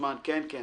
חברת הכנסת